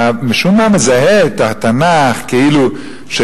אתה משום מה מזהה את התנ"ך כאילו של